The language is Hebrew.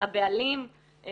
הבעלים,